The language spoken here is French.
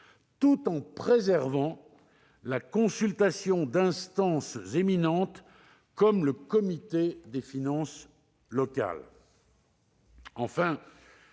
tout en préservant la consultation d'instances éminentes comme le Comité des finances locales.